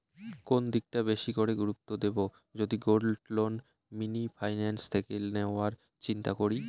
কোন দিকটা বেশি করে গুরুত্ব দেব যদি গোল্ড লোন মিনি ফাইন্যান্স থেকে নেওয়ার চিন্তা করি?